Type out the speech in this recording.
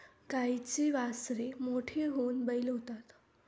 गाईची वासरे मोठी होऊन बैल होतात